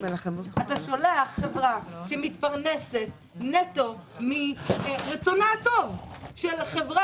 אתה שולח חברה שמתפרנסת נטו מרצונה הטוב של חברה